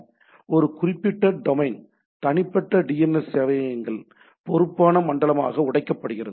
எனவே ஒரு குறிப்பிட்ட டொமைன் தனிப்பட்ட டிஎன்எஸ் சேவையகங்கள் பொறுப்பான மண்டலமாக உடைக்கப்படுகிறது